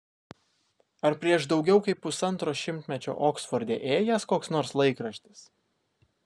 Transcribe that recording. ar prieš daugiau kaip pusantro šimtmečio oksforde ėjęs koks nors laikraštis